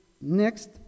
next